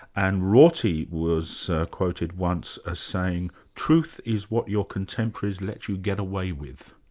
and rorty was quoted once as saying, truth is what your contemporaries let you get away with.